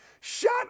Shut